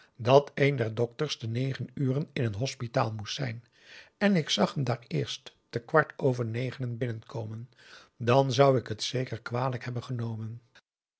dat een der dokters te negen uren in een hospitaal moest zijn en ik zag hem daar eerst te kwart over negenen binnenkomen dan zou ik het zeker kwalijk hebben genomen